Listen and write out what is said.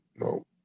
no